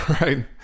Right